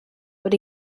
but